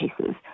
cases